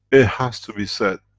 it has to be said,